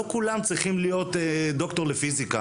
לא כולם צריכים להיות דוקטור לפיזיקה,